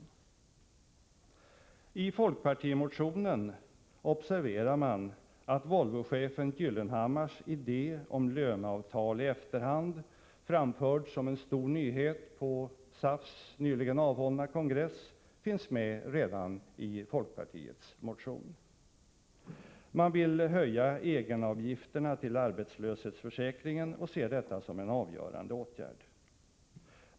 När det gäller folkpartimotionen observerar man att Volvochefen Gyllenhammars idé om löneavtal i efterhand, som framförts som en stor nyhet på SAF:s nyligen avhållna kongress, finns med redan i folkpartiets motion. Man vill höja egenavgifterna till arbetslöshetsförsäkringen och ser detta som en avgörande åtgärd.